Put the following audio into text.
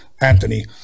Anthony